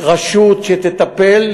רשות שתטפל,